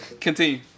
Continue